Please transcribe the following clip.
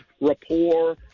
rapport